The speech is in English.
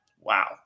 Wow